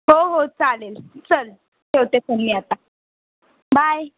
हो हो चालेल चल ठेवते फोन मी आता बाय